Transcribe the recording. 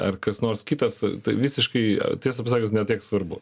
ar kas nors kitas tai visiškai tiesą pasakius ne tiek svarbu